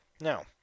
Now